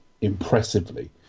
impressively